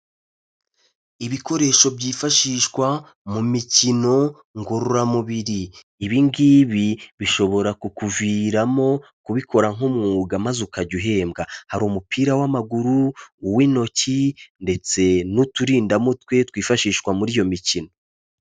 Ibikoresho byifashishwa mu mikino ngororamubiri, ibingibi bishobora kukuviramo kubikora nk'umwuga maze ukajya uhembwa, hari umupira w'amaguru, uw'intoki ndetse n'uturindamutwe twifashishwa muri iyo mikino.